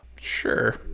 Sure